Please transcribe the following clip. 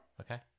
Okay